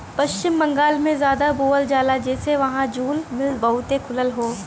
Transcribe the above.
पश्चिम बंगाल में जादा बोवल जाला जेसे वहां जूल मिल बहुते खुलल हौ